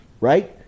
right